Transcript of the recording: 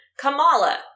Kamala